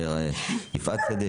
יפעת שדה,